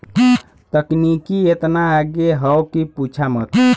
तकनीकी एतना आगे हौ कि पूछा मत